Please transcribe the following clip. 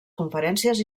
conferències